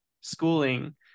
schooling